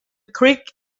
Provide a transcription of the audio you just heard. creek